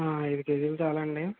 అయిదు కేజీలు చాలా అండి